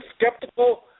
skeptical